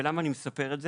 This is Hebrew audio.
ולמה אני מספר את זה?